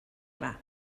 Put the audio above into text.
yma